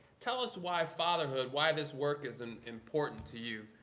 tell us why fatherhood, why this work is and important to you,